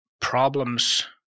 problems